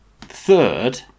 Third